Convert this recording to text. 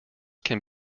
can